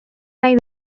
nahi